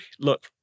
Look